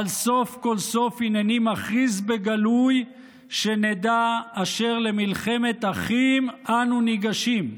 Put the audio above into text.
אבל סוף כל סוף הינני מכריז בגלוי שנדע אשר למלחמת אחים אנו ניגשים.